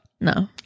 no